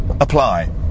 apply